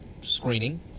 screening